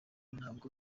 ntabwo